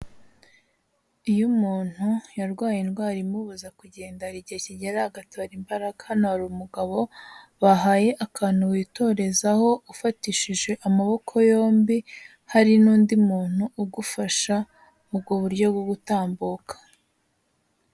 Iyo umuntu yarwaye indwara imubuza kugenda, hari igihe kigera agatora imbaraga. Hano hari umugabo bahaye akantu witorezaho ufatishije amaboko yombi, hari n'undi muntu ugufasha mu ubwo buryo bwo gutambuka.